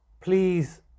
Please